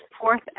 fourth